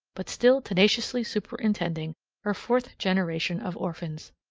but still tenaciously superintending her fourth generation of orphans.